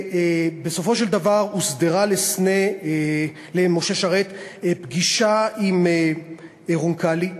בסופו של דבר הוסדרה למשה שרת פגישה עם רונקלי,